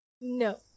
No